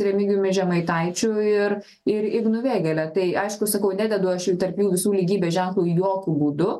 remigijumi žemaitaičiu ir ir ignu vėgėle tai aišku sakau nededu aš jų tarp jų visų lygybės ženklų jokiu būdu